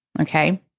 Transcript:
Okay